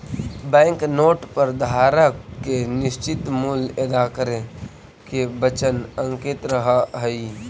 bank note पर धारक के निश्चित मूल्य अदा करे के वचन अंकित रहऽ हई